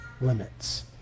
limits